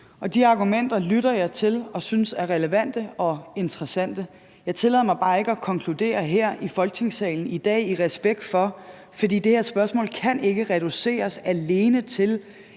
De argumenter lytter jeg til, og jeg synes, de er relevante og interessante. Jeg tillader mig bare ikke at konkludere noget her i Folketingssalen i dag, i respekt for at det her spørgsmål ikke kan reduceres til